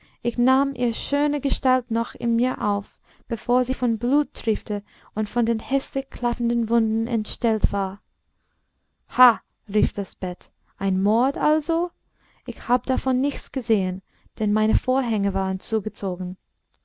ich nahm ihre schöne gestalt noch in mir auf bevor sie von blut triefte und von den häßlich klaffenden wunden entstellt war ha rief das bett ein mord also ich hab davon nichts gesehen denn meine vorhänge waren zugezogen